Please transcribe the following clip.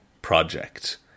Project